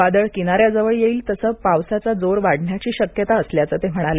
वादळ किनाऱ्याजवळ येईल तसं पावसाचा जोर वाढण्याची शक्यता असल्याच ते म्हणाले